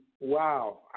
Wow